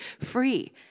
free